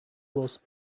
was